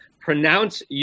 pronounce